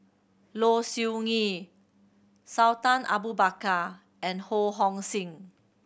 Low Siew Nghee Sultan Abu Bakar and Ho Hong Sing